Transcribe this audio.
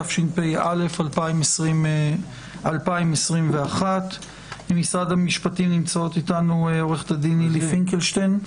התשפ"א 2021. ממשרד המשפטים נמצאות איתנו עורכת הדין נילי פינקלשטיין,